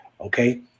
okay